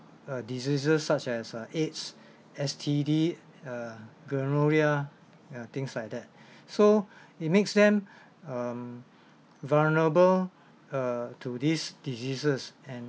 err diseases such as uh aids S_T_D uh gonorrhea ya things like that so it makes them um vulnerable uh to these diseases and